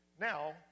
Now